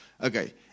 Okay